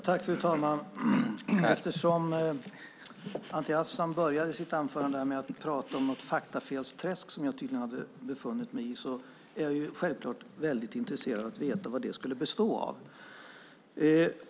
Herr talman! Eftersom Anti Avsan började sitt anförande med att prata om något faktafelsträsk som jag tydligen hade befunnit mig i är jag självfallet väldigt intresserad av att veta vad det skulle bestå av.